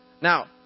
Now